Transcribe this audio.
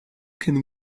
can